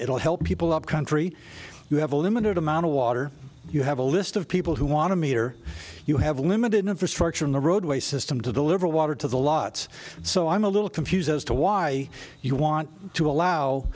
will help people upcountry you have a limited amount of water you have a list of people who want to meter you have limited infrastructure in the roadway system to deliver water to the lots so i'm a little confused as to why you want to allow